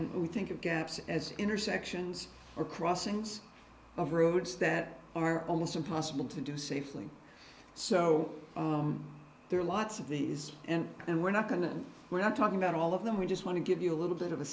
and we think of gaps as intersections or crossings of routes that are almost impossible to do safely so there are lots of these and and we're not going to we're not talking about all of them we just want to give you a little bit of a